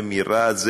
ומרהט,